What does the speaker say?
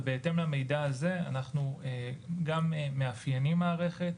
ובהתאם למידע הזה אנחנו גם מאפיינים מערכת,